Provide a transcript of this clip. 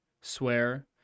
swear